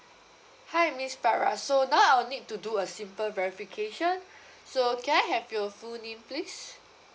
hi miss farah so now I'll need to do a simple verification so can I have your full name please